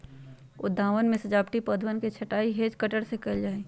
उद्यानवन में सजावटी पौधवन के छँटाई हैज कटर से कइल जाहई